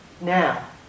Now